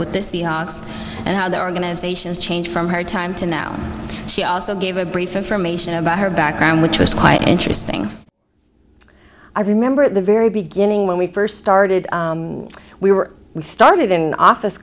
with the seahawks and how their organizations changed from her time to now she also gave a brief information about her background which was quite interesting i remember at the very beginning when we first started we were we started an office